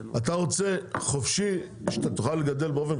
אתה רוצה חופשי, שאתה תוכל לגדל באופן חופשי?